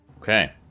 Okay